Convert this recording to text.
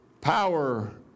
Power